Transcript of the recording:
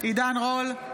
עידן רול,